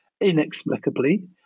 inexplicably